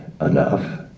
enough